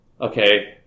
okay